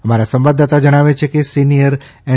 અમારા સંવાદદાતા જણાવે છે કે સિનિયર એન